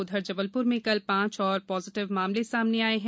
उधर जबलप्र में कल पाँच और पॉजिटिव मामले सामने आये हैं